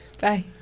Bye